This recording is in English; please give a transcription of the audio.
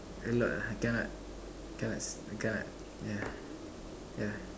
a lot ah cannot cannot cannot yeah yeah